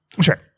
Sure